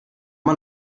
man